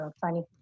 funny